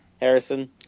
Harrison